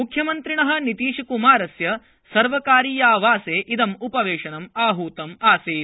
मुख्यमन्त्रिणः नीतीशक्मारस्य सर्वकारीयावासे इदम्पवेशनम् आहूतम् आसीत्